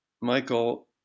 Michael